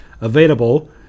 available